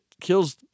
kills